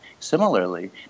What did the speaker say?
Similarly